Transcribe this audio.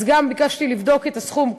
אז גם ביקשתי לבדוק את הסכום,